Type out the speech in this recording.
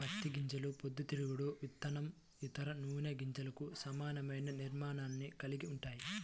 పత్తి గింజలు పొద్దుతిరుగుడు విత్తనం, ఇతర నూనె గింజలకు సమానమైన నిర్మాణాన్ని కలిగి ఉంటాయి